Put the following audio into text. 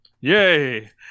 Yay